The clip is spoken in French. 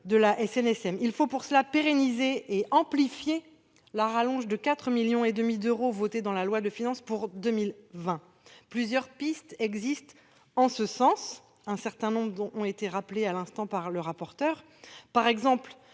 de la SNSM. Il importe donc de pérenniser et d'amplifier la rallonge de 4,5 millions d'euros votée dans la loi de finances pour 2020. Plusieurs pistes existent en ce sens, dont un certain nombre ont été rappelées à l'instant par le rapporteur, comme